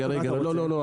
לא.